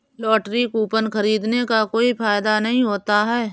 lottery coupon खरीदने का कोई फायदा नहीं होता है